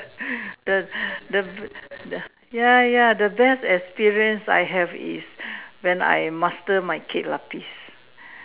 the the the ya ya the best experience I have is when I master my kuih-lapis